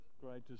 great